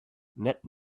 net